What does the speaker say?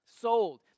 sold